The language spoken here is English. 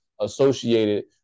associated